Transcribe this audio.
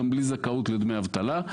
גם בלי זכאות לדמי אבטלה.